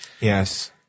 Yes